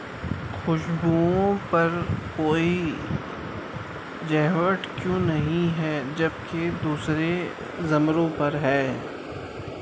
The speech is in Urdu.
خوشبوؤں پر کوئی کیوں نہیں ہے جب کہ دوسرے زمروں پر ہے